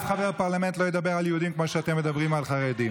אף חבר פרלמנט לא ידבר על יהודים כמו שאתם מדברים על חרדים.